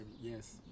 yes